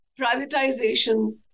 privatization